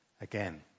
again